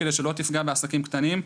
כדי שלא תפגע בעסקים קטנים,